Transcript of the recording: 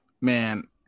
man